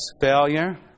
failure